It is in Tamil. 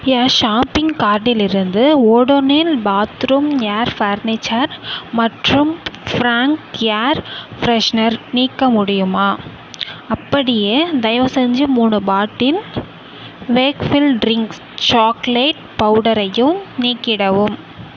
என் ஷாப்பிங் கார்ட்டிலிருந்து ஓடோனில் பாத்ரூம் ஏர் ஃபர்னிச்சர் மற்றும் ஃப்ரான்க் ஏர் ஃப்ரெஷ்னர் நீக்க முடியுமா அப்படியே தயவுசெஞ்சி மூணு பாட்டில் வேக்ஃபீல்ட் ட்ரிங்க்ஸ் சாக்லேட் பவுடரையும் நீக்கிடவும்